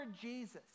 Jesus